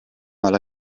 nella